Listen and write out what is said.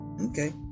Okay